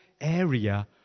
area